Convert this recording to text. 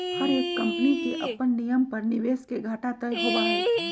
हर एक कम्पनी के अपन नियम पर निवेश के घाटा तय होबा हई